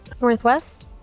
Northwest